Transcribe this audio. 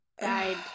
Died